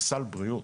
זה סל בריאות.